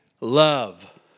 love